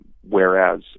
Whereas